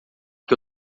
que